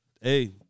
Hey